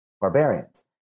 barbarians